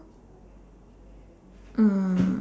mm